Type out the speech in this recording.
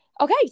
Okay